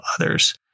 others